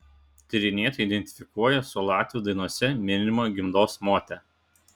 tyrinėtojai identifikuoja su latvių dainose minima gimdos mote